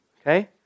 okay